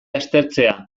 aztertzea